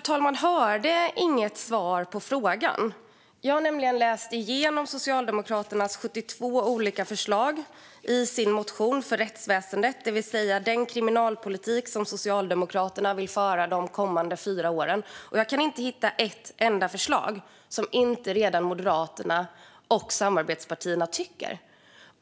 talman! Jag hörde inget svar på frågan. Jag har läst igenom Socialdemokraternas 72 olika förslag gällande rättsväsendet i partiets budgetmotion, det vill säga den kriminalpolitik som Socialdemokraterna vill föra de kommande fyra åren, och jag kan inte hitta ett enda förslag som inte redan lagts fram av Moderaterna och samarbetspartierna.